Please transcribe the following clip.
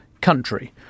country